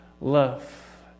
love